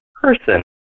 person